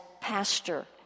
pastor